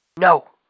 No